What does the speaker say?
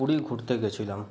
পুরী ঘুরতে গেছিলাম